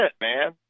man